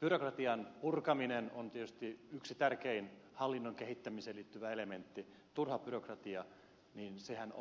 byrokratian purkaminen on tietysti yksi tärkeimmistä hallinnon kehittämiseen liittyvistä elementeistä turhan byrokratian ja sehän